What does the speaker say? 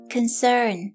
Concern